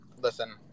listen